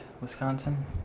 Wisconsin